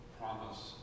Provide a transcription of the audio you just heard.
promise